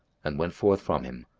and went forth from him,